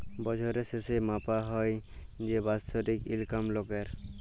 বছরের শেসে মাপা হ্যয় যে বাৎসরিক ইলকাম লকের